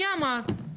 מי אמר?